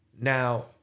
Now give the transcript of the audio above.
Now